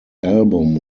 album